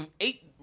eight